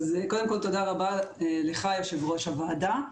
תודה רבה לך, יושב-ראש הוועדה.